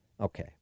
Okay